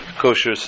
kosher